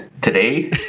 today